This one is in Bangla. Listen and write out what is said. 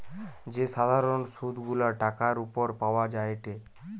যে সাধারণ সুধ গুলা টাকার উপর পাওয়া যায়টে